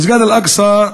מסגד אל-אקצא,